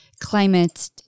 climate